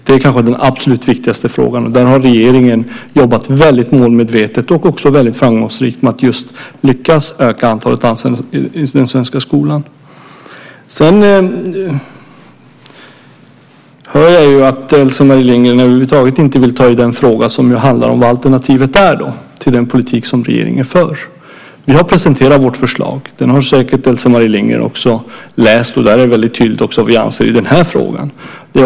Det kanske är den absolut viktigaste frågan, och regeringen har jobbat väldigt målmedvetet och framgångsrikt med att öka antalet anställda i den svenska skolan. Sedan hör jag att Else-Marie Lindgren över huvud taget inte vill ta i den fråga som handlar om vad alternativet är till den politik som regeringen för. Vi har presenterat vårt förslag. Det har säkert Else-Marie Lindgren också läst. Där är det väldigt tydligt vad vi anser i den här frågan.